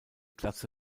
glatze